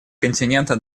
континента